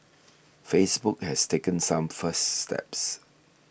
Facebook has taken some first steps